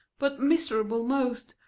but miserable most,